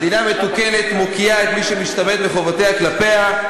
מדינה מתוקנת מוקיעה את מי שמשתמט מחובותיו כלפיה.